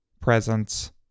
presence